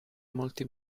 molti